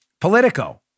Politico